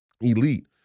elite